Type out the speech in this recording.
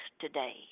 today